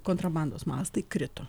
kontrabandos mastai krito